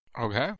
Okay